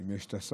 אם יש שר,